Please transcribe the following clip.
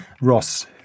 Ross